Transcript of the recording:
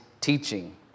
teaching